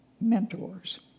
mentors